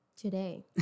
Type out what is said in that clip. Today